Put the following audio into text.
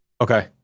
Okay